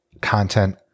content